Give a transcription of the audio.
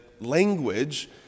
language